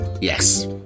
Yes